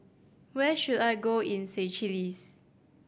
where should I go in Seychelles